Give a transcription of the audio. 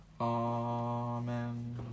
Amen